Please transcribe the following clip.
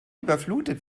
überflutet